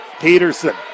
Peterson